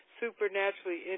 supernaturally